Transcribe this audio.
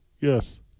yes